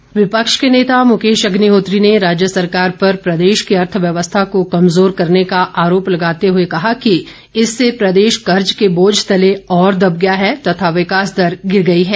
चर्चा विपक्ष के नेता मुकेश अग्निहोत्री ने राज्य सरकार पर प्रदेश की अर्थव्यवस्था को कमजोर करने का आरोप लगाते हुए कहा कि इससे प्रदेश कर्ज के बोझ तले और दब गया है तथा विकास दर गिर गई है